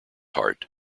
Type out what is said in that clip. heart